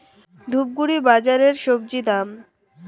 ধূপগুড়ি বাজারের স্বজি দাম?